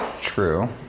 True